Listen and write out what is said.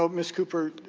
ah ms. cooper,